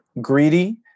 greedy